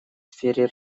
сфере